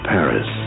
Paris